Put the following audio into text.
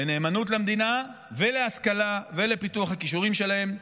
לנאמנות למדינה ולהשכלה ולפיתוח הכישורים שלהם,